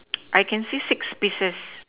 I can see six pieces